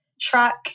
track